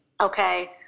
okay